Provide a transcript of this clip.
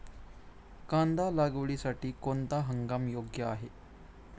कांदा लागवडीसाठी कोणता हंगाम योग्य आहे?